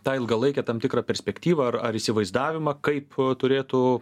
tą ilgalaikę tam tikrą perspektyvą ar įsivaizdavimą kaip turėtų